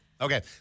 Okay